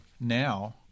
now